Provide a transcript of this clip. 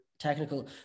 technical